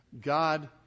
God